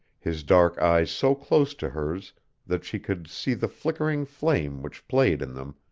his dark eyes so close to hers that she could see the flickering flame which played in them,